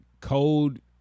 code